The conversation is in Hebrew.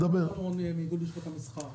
סולומון רונן, איגוד לשכות המסחר.